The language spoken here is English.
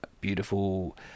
beautiful